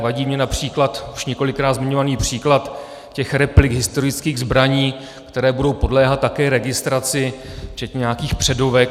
Vadí mi například už několikrát zmiňovaný příklad těch replik historických zbraní, které budou podléhat také registraci včetně nějakých předovek.